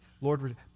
Lord